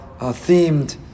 themed